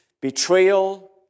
betrayal